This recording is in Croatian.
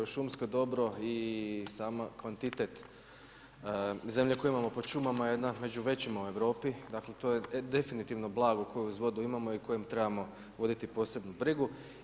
Šumsko dobro i sam kvantitet zemlje koje imamo pod šumama je jedna među većima u Europi, dakle to je definitivno koje uz vodu imamo i o kojem trebamo voditi posebnu brigu.